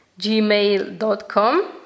gmail.com